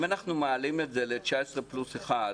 אם אנחנו מעלים את זה ל-19 פלוס אחד,